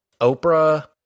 Oprah